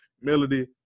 Melody